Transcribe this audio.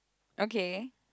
okay